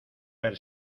ver